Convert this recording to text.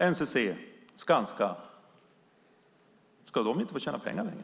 Ska NCC och Skanska inte få tjäna pengar längre?